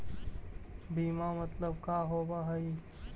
बीमा मतलब का होव हइ?